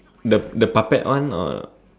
the the puppet one or